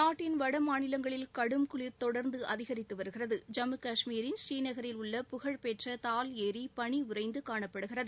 நாட்டின் வட மாநிலங்களில் குளிர் தொடர்ந்து நிலவி வருகிறது ஜம்மு கஷ்மீர் மாநிலம் பூரீநகரில் உள்ள புகழ்பெற்ற தால் ஏரி பனி உறைந்து காணப்படுகிறது